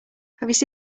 have